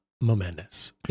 momentous